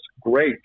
great